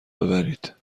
ببرید